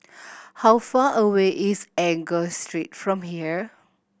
how far away is Enggor Street from here